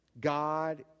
God